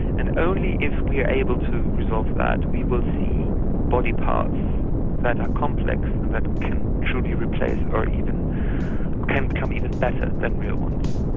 and only if we are able to resolve that we will see body parts that are complex and that can truly replace or can become even better than real ones.